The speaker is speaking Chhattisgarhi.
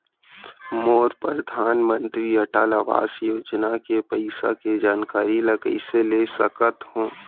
मोर परधानमंतरी अटल आवास योजना के पइसा के जानकारी ल कइसे ले सकत हो?